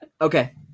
Okay